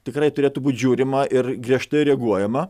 tikrai turėtų būti žiūrima ir griežtai reaguojama